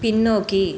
பின்னோக்கி